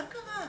מה קרה?